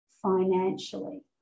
financially